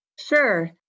Sure